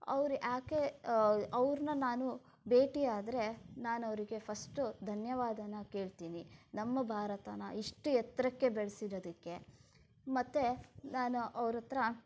ಅವರು ಯಾಕೆ ಅವರನ್ನ ನಾನು ಭೇಟಿ ಆದರೆ ನಾನು ಅವರಿಗೆ ಫಸ್ಟ್ ಧನ್ಯವಾದಾನ ಕೇಳ್ತೀನಿ ನಮ್ಮ ಭಾರತಾನ ಇಷ್ಟು ಎತ್ತರಕ್ಕೆ ಬೆಳೆಸಿರೋದಕ್ಕೆ ಮತ್ತು ನಾನು ಅವರ ಹತ್ರ